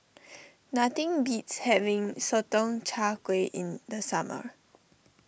nothing beats having Sotong Char Kway in the summer